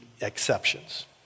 exceptions